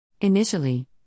Initially